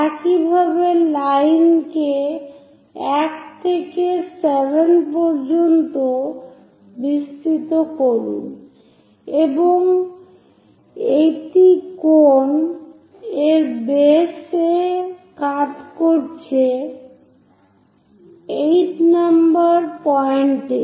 একইভাবে লাইন কে 1 থেকে 7 পর্যন্ত বিস্তৃত করুন এবং এটি কোন এর বেস এ কাট করছে 8 নম্বর পয়েন্টে